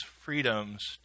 freedoms